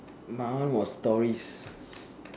my one was stories